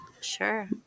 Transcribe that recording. Sure